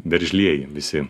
veržlieji visi